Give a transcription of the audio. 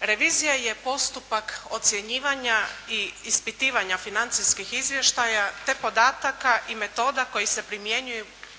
Revizija je postupak ocjenjivanja i ispitivanja financijskih izvještaja te podataka i metoda koji se